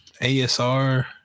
asr